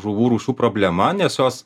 žuvų rūšių problema nes jos